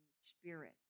spirit